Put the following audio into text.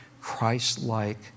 Christ-like